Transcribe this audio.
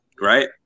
right